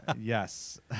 Yes